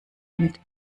und